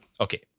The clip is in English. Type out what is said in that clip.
Okay